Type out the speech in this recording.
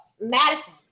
Madison